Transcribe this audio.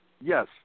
Yes